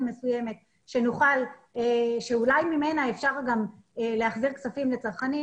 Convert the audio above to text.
מסוימת שאולי ממנה אפשר להחזיר כספים לצרכנים.